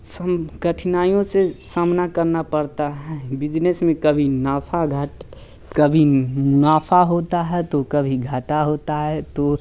सम कठिनाइयों से सामना करना पड़ता है बिजनेस में कभी नफ़ा घाट कभी नफ़ा होता है तो कभी घाटा होता है तो